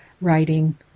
writing